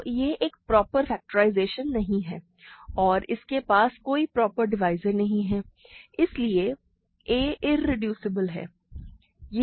तो यह एक प्रॉपर फेक्टराइज़शन नहीं है और इसके पास कोई प्रॉपर डिवाइज़र नहीं है इसलिए a इरेड्यूसिबल है